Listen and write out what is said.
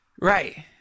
Right